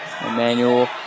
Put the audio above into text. Emmanuel